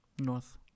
north